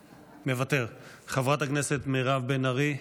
מוותר, חברת הכנסת מירב בן ארי,